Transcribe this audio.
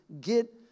get